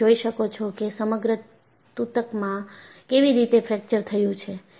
તમે જોઈ શકો છો કે સમગ્ર તુતકમાં કેવી રીતે ફ્રેક્ચર થયું છે